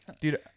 Dude